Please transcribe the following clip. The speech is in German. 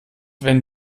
wenn